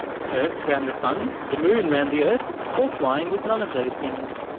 the earth around the sun, the moon around the earth all flying with none of those things.